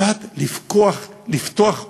קצת לפתוח אופק,